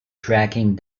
tracking